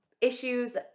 Issues